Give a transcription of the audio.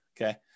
okay